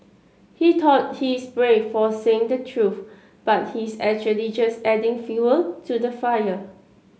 he thought he is brave for saying the truth but he is actually just adding fuel to the fire